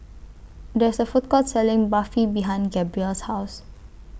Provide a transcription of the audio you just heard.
There IS A Food Court Selling Barfi behind Gabrielle's House